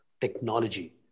technology